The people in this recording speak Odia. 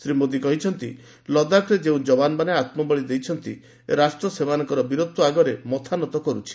ଶ୍ରୀ ମୋଦୀ କହିଛନ୍ତି ଲଦାଖରେ ଯେଉଁ ଯବାନମାନେ ଆତ୍ମବଳୀ ଦେଇଛନ୍ତି ରାଷ୍ଟ୍ର ସେମାନଙ୍କର ସାହସିକତା ଆଗରେ ମଥାନତ କରୁଛି